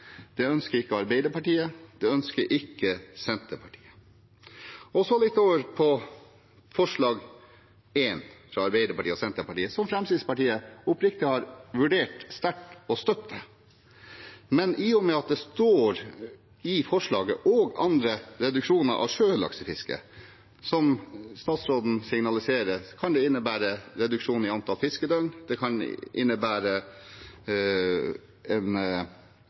Det ønsker ikke Arbeiderpartiet. Det ønsker ikke Senterpartiet. Så over til forslag nr. 1, fra Arbeiderpartiet og Senterpartiet, som Fremskrittspartiet oppriktig har vurdert sterkt å støtte. Men i forslaget står det «og andre former for reduksjon i sjølaksefiske». Som statsråden signaliserer, kan det innebære reduksjon i antall fiskedøgn, og det kan innebære en